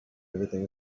everything